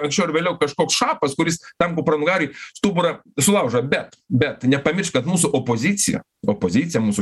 anksčiau ar vėliau kažkoks šapas kuris tam kupranugariui stuburą sulaužo bet bet nepamiršk kad mūsų opozicija opozicija mūsų